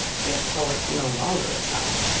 if for no longer a time.